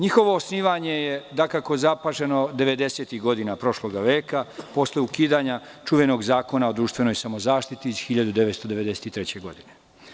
Njihovo osnivanje je dakako zapaženo devedesetih godina prošloga veka, posle ukidanja čuvenog Zakona o društvenoj samozaštiti iz 1993. godine.